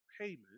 payment